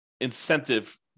incentive